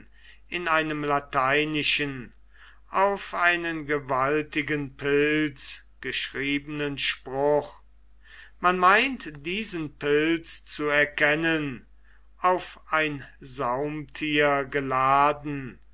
in einem lateinischen auf einen gewaltigen pilz geschriebenen spruch man meint diesen pilz zu erkennen auf ein saumtier geladen